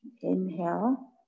Inhale